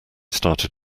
started